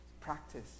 Practice